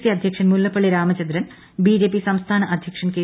C അദ്ധ്യക്ഷൻ Mullappally Ramachandran BJP സംസ്ഥാന അദ്ധ്യക്ഷൻ കെ